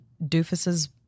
doofuses